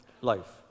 life